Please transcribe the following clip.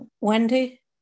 Wendy